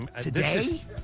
Today